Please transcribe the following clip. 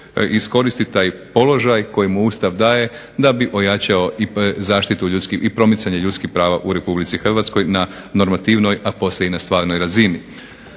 iskoristi taj položaj koji mu Ustav daje da bi ojačao zaštitu i promicanje ljudskih prava u RH na normativnoj, a poslije i na stvarnoj razini.